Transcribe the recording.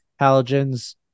halogens